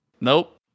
nope